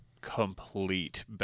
Complete